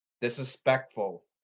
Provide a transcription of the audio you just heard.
disrespectful